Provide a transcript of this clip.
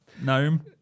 Gnome